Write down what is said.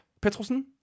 Petrosen